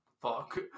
Fuck